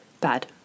Bad